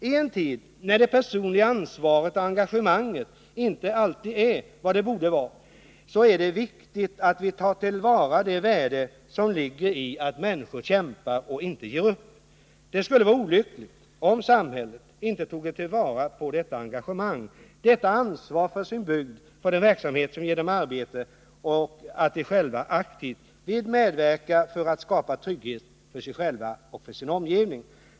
I en tid när det personliga ansvaret och engagemanget inte alltid är vad det borde vara är det viktigt att vi tar till vara det värde som ligger i att människor kämpar och inte ger upp. Det skulle vara olyckligt om samhället inte toge till vara detta engagemang, det ansvar för bygden och för den verksamhet som ger dem arbete vilket ligger i att de själva aktivt vill medverka för att skapa trygghet för sig själva och sin omgivning.